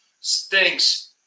stinks